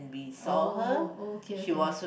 oh okay okay